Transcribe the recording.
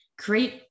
create